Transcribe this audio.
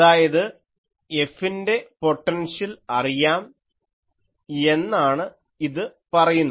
അതായത് F ൻ്റെ potential അറിയാം എന്നാണ് ഇത് പറയുന്നത്